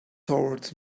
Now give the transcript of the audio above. towards